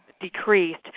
decreased